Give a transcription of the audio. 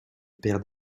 père